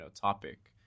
topic